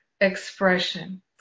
expression